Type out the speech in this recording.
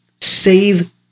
save